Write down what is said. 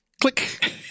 click